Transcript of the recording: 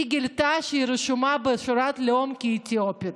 והיא גילתה שהיא רשומה בשורת הלאום כאתיופית.